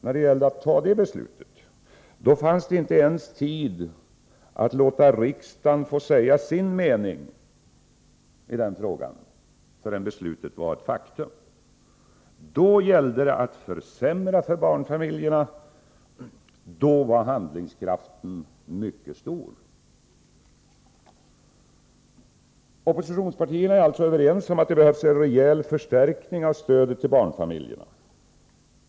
När det gällde att fatta det beslutet fanns det inte ens tid att låta riksdagen få säga sin mening förrän beslutet var ett faktum. Då gällde det att försämra för barnfamiljerna. Då var handlingskraften mycket stor. Oppositionspartierna är alltså överens om att det behövs en rejäl förstärkning av stödet till barnfamiljerna.